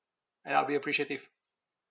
and I'll be appreciative